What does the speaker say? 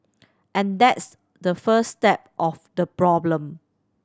and that's the first step of the problem